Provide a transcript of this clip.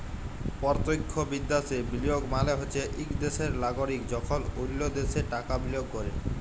পরতখ্য বিদ্যাশে বিলিয়গ মালে হছে ইক দ্যাশের লাগরিক যখল অল্য দ্যাশে টাকা বিলিয়গ ক্যরে